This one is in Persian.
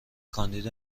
کاندید